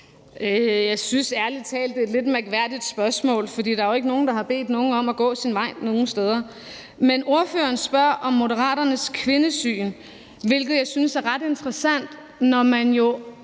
Jeg synes ærlig talt, det er et lidt mærkværdigt spørgsmål. For der jo ikke nogen, der har bedt nogen om at gå sin vej nogen steder. Men ordføreren spørger om Moderaternes kvindesyn, hvilket jeg synes er ret interessant, når man jo